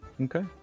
okay